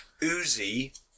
Uzi